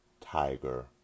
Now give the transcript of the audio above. Tiger